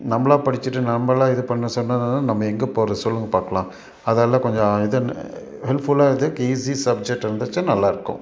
நம்மளா படிச்சுட்டு நம்மளா இது பண்ண சொன்னால் நம்ம எங்கே போகிறது சொல்லுங்கள் பாக்கலாம் அதால் கொஞ்சம் இது ஹெல்ப்ஃபுல்லாக இது ஈஸி சப்ஜெக்ட் வந்துட்டு நல்லாயிருக்கும்